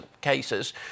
cases